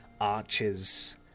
arches